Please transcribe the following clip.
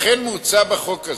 לכן מוצע בחוק הזה,